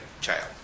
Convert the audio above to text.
child